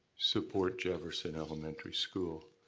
support jefferson elementary school.